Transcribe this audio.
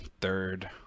third